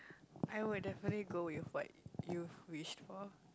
I would definitely go with what you've wish for